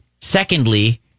Secondly